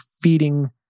feeding